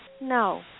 no